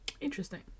Interesting